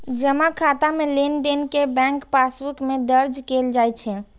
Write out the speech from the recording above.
जमा खाता मे लेनदेन कें बैंक पासबुक मे दर्ज कैल जाइ छै